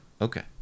Okay